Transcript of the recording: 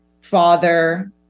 father